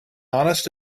honest